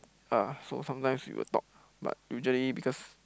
uh so sometimes we will talk but usually because